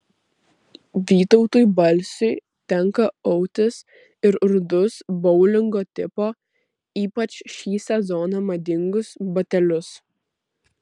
vytautui balsiui tenka autis ir rudus boulingo tipo ypač šį sezoną madingus batelius